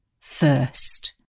first